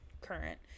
current